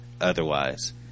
Otherwise